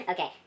Okay